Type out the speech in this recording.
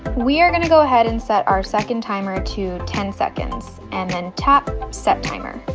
we are going to go ahead and set our second timer to ten seconds and then tap set timer